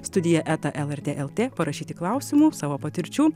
studija eta lrt lt parašyti klausimų savo patirčių